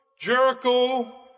Jericho